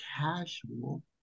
casual